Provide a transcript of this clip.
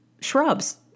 shrubs